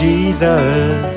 Jesus